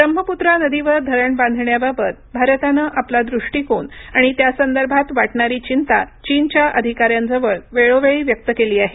ब्रह्मपुत्रा नदीवर धरण बांधण्याबाबत भारतानं आपला दृष्टिकोन आणि त्या संदर्भात वाटणारी चिंता चीनच्या अधिकाऱ्यांजवळ वेळोवेळी व्यक्त केली आहे